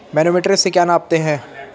Manometer से क्या नापते हैं?